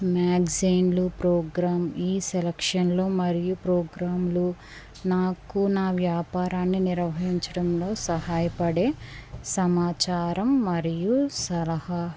మ్యాగ్జైన్లు programme ఈ సెలక్షన్లు మరియు ప్రోగ్రామ్లు నాకు నా వ్యాపారాన్ని నిర్వహించడంలో సహాయపడే సమాచారం మరియు సలహా